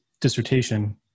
dissertation